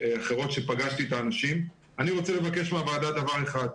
אני רוצה לבקש מהוועדה דבר אחד.